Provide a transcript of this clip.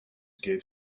gave